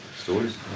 Stories